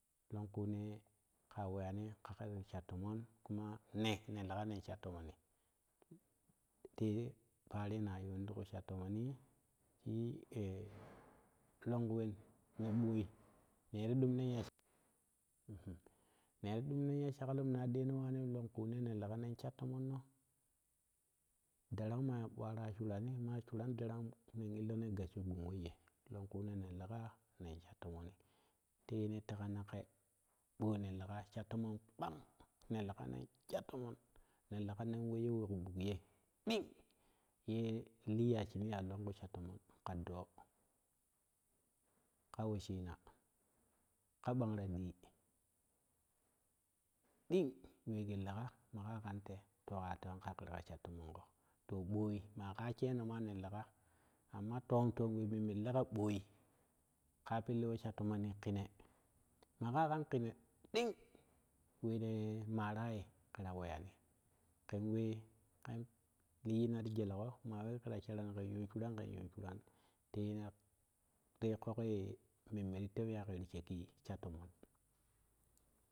Longku nee ka weyani kake ti sha toomon kuma ne ne lega nen sha toomoni tee paaro na yuun ti ku sha toomoni longku wen ne ɓoi neti dumi nen ya shaklom neti dumi nen ya shakloo naa deeno waanim longku ne ne lega nen sha tomonno daran maa bwara shyran maa shuran daran maa bwara shuran maa shuran daran ne illo nen longku nee ne lega nen sha tomoni te ne tega na ke ɓoi ne lega sha toom kpang ne lega nen sha toomon ne lega nen weiyo weku buk ye ɗing yee liyya shinii ya longku sha toomon ka doo ka weshiina kai gbangata ɗiye ɗing wee shi lega magaa kante to keta twani ka ka ta sha toomongo to ɓoi maa ka sheeno maa mana lega amma tom tom we memme lega ɓoi ka pelle we sha toomomi kine maga kan kine ɗing we ne maraye ke ta weyani ken we ken liiyina ti gele go maa ka ye keta sharani ken yuun shuran ken yuun shuran tena te kooke ye memme ti tewi ya ke yi shekki sha tomon.